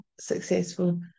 successful